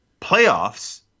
playoffs